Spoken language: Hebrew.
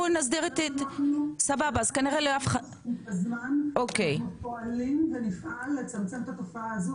צריכים את הזמן ואנחנו פועלים ונפעל לצמצם את התופעה הזו,